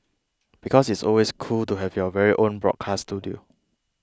because it's always cool to have your very own broadcast studio